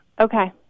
Okay